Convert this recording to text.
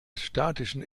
statischen